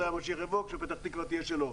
מתי המשיח יבוא כשפתח תקווה תהיה שלו.